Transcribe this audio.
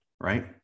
right